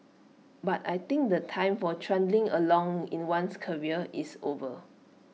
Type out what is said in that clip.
but I think the time for trundling along in one's career is over